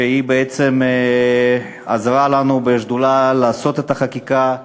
שהיא בעצם עזרה לנו בשדולה להכין את החקיקה,